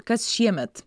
kas šiemet